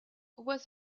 was